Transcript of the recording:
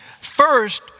first